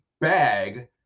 bag